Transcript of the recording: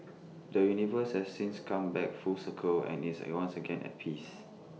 the universe has since come back full circle and is once again at peace